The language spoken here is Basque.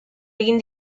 egin